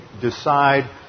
decide